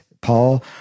Paul